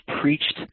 preached